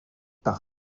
par